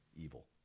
evil